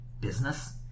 business